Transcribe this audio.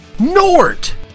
Nort